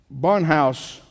Barnhouse